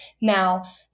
Now